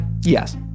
Yes